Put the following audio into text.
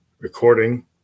recording